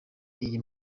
iyi